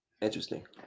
Interesting